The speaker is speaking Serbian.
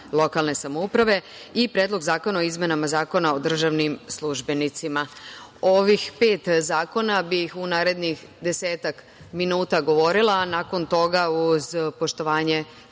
lokalne samouprave i Predlog zakona o izmenama Zakona o državnim službenicima.O ovih pet zakona bih u narednih 10 minuta govorila, a nakon toga, uz poštovanje